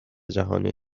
جهانی